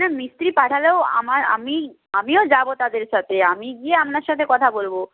না মিস্ত্রি পাঠালেও আমার আমি আমিও যাব তাদের সাথে আমি গিয়ে আপনার সাথে কথা বলব